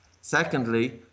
Secondly